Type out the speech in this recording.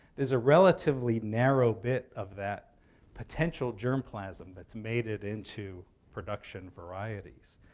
there's a relatively narrow bit of that potential germplasm that's made it into production varieties.